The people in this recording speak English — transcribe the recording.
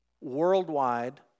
Worldwide